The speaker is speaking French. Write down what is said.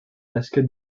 basket